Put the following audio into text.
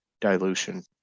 dilution